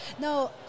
No